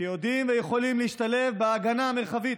שיודעים ויכולים להשתלב בהגנה המרחבית.